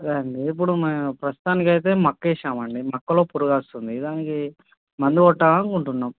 అదే అండి ఇప్పుడు మేము ప్రస్తుతానికి అయితే మొక్క వేశాం అండి మొక్కలో పురుగు వస్తుంది దానికి మందు కొట్టాలని అనుకుంటున్నాం